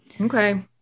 Okay